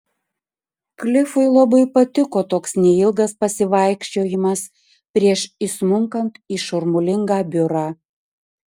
klifui labai patiko toks neilgas pasivaikščiojimas prieš įsmunkant į šurmulingą biurą